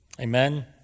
Amen